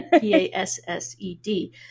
P-A-S-S-E-D